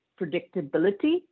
predictability